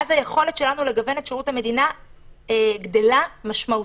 כך היכולת שלנו לגוון את שירות המדינה גדלה משמעותית.